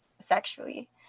sexually